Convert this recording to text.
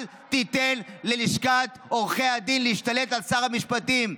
אל תיתן ללשכת עורכי הדין להשתלט על שר המשפטים.